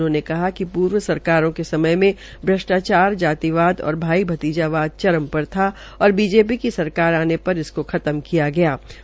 उन्होंने कहा कि पूर्व सरकारों के समय भ्रष्टाचारजातिवाद और भाई भतीजावाद चरम सीमा था और बीजेपी की सरकार आने पर इनको खत्म किया गया है